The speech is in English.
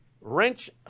wrench